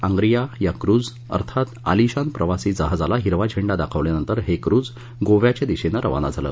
आंप्रीया या क्रूझअर्थात आलिशान प्रवासी जहाजला हिरवा झेंडा दाखवल्यावनंतर हे क्रूझ गोव्याच्या दिशेनं रवाना झालं